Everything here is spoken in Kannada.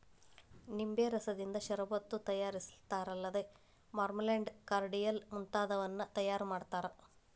ನಿಂಬೆ ರಸದಿಂದ ಷರಬತ್ತು ತಯಾರಿಸ್ತಾರಲ್ಲದ ಮಾರ್ಮಲೆಂಡ್, ಕಾರ್ಡಿಯಲ್ ಮುಂತಾದವನ್ನೂ ತಯಾರ್ ಮಾಡ್ತಾರ